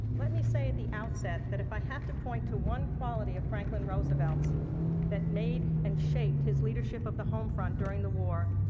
let me say at the outset that, if i have to point to one quality of franklin roosevelt's that made and shaped his leadership of the homefront during the war,